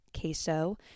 queso